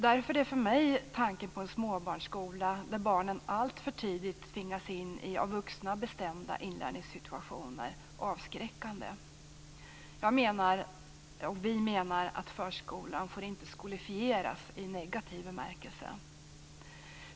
Därför är tanken på en småbarnsskola där barnen alltför tidigt tvingas in i av vuxna bestämda inlärningssituationer för mig avskräckande. Vi menar att förskolan inte får "skolifieras" i negativ bemärkelse.